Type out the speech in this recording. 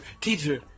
teacher